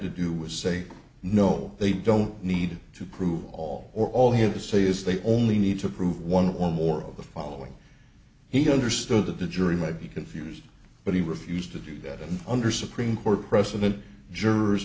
to do was say no they don't need to prove all or all he had to say is they only need to prove one or more of the following he understood that the jury might be confused but he refused to do that and under supreme court precedent jurors